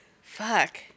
Fuck